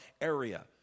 area